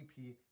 dp